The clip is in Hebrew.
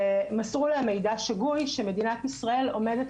כשמסרו להם מידע שגוי שמדינת ישראל עומדת